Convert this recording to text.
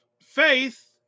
faith